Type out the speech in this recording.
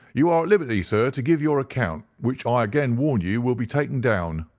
you are at liberty, sir, to give your account, which i again warn you will be taken down.